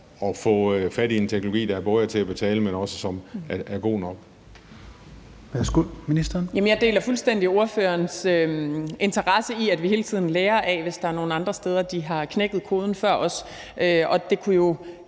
at få fat i en teknologi, der både er til at betale, men også er god nok.